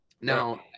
Now